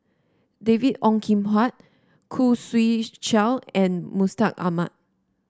David Ong Kim Huat Khoo Swee Chiow and Mustaq Ahmad